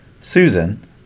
Susan